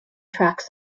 tracks